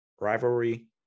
rivalry